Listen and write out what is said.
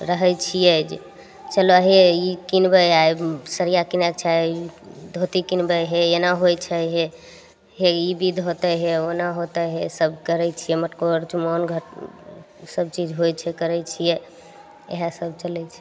रहय छियै जे चल हे ई किनबय आइ सड़िया किनयके छै धोती किनबय हे एना होइ छै हे ई बीध होतय हे ओना होतय हे ईसब करय छियै मटिकोर चुमान ईसब चीज होइ छै करय छियै इएह सब चलय छै